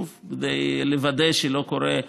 שוב, כדי לוודא שלא קורה,